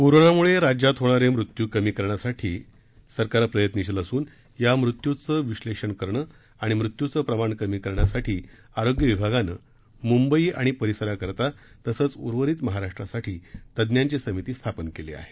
कोरोनामुळे महाराष्ट्रात होणारे मृत्यू कमी करण्यासाठी राज्य सरकार प्रयत्नशील असून या मृत्यूचं विश्लेषण करणं आणि मृत्यूचं प्रमाण कमी करण्यासाठी आरोग्य विभागानं मुंबई अणि परिसरासाठी तसंच उर्वरित महाराष्ट्रासाठी तज्ज्ञांची समिती स्थापन केली आहे